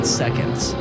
seconds